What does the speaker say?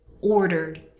ordered